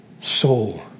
soul